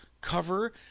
cover